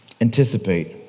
anticipate